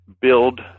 build